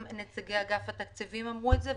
גם נציגי אגף התקציבים אמרו את זה,